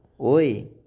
oi